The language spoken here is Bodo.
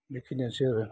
बेखिनियानोसै आरो